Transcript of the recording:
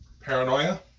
Paranoia